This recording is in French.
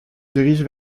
dirigent